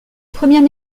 première